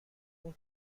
اون